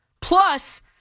Plus